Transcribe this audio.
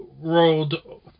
rolled